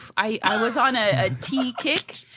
i was on a tea kick.